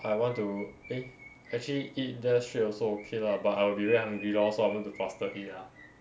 I want to eh actually eat there straight also okay lah but I will be very hungry lor so I want to faster eat lah